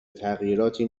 تغییراتی